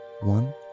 One